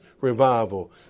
revival